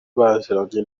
baziranye